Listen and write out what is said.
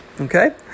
Okay